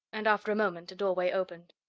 and after a moment a doorway opened.